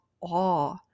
awe